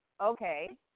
Okay